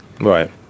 Right